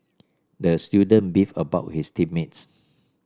the student beefed about his team mates